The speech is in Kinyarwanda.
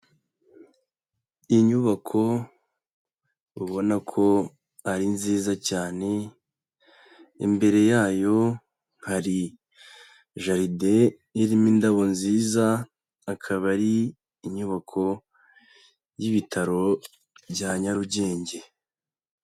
Inyubako ubona ko ari nziza cyane, imbere yayo hari jaride irimo indabo nziza, akaba ari inyubako y'ibitaro bya Nyarugenge.